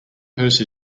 person